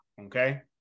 Okay